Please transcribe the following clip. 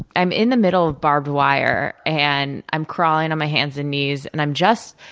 i'm in the middle of barbed wire, and i'm crawling on my hands and knees. and, i'm just,